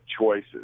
choices